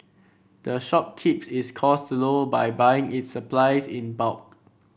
the shop keeps its costs low by buying its supplies in bulk